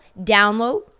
download